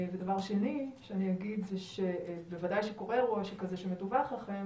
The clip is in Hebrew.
דבר שני, בוודאי כשקורה אירוע שכזה שמדווח לכם